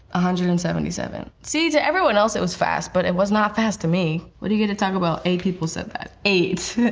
hundred and seventy seven, see, to everyone else it was fast, but it was not fast to me. what do you get at taco bell? eight people said that, eight.